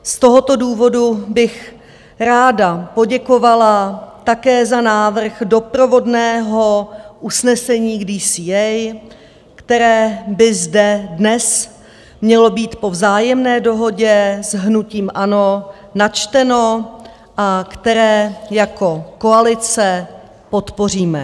Z tohoto důvodu bych ráda poděkovala také za návrh doprovodného usnesení k DCA, které by zde dnes mělo být po vzájemné dohodě s hnutím ANO načteno a které jako koalice podpoříme.